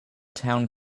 town